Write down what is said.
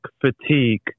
fatigue